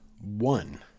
one